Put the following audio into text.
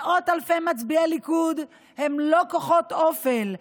מאות אלפי מצביעי הליכוד הם לא כוחות אופל,